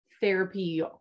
therapy